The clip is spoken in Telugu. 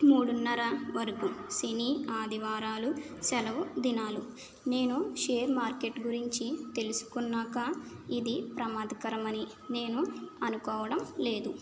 మూడన్నర వరకు శని ఆదివారాలు సెలవు దినాలు నేను షేర్ మార్కెట్ గురించి తెలుసుకున్నాక ఇది ప్రమాదకరమని నేను అనుకోవడం లేదు